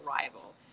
arrival